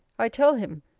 i tell him,